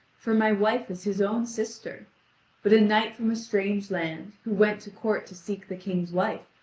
for my wife is his own sister but a knight from a strange land, who went to court to seek the king's wife,